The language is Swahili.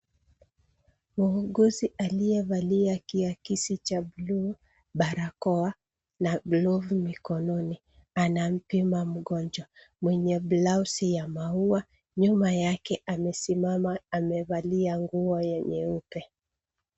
Muuguzi aliyevalia kiakisi cha buluu, barakoa na glovu mikononi. Anampima mgonjwa mwenye blausi ya maua. Nyuma yake amesimama amevalia nguo nyeupe.